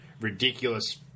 Ridiculous